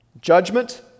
judgment